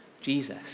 Jesus